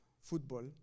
football